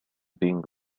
being